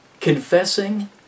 confessing